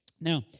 Now